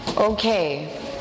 Okay